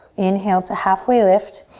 inhale to halfway lift.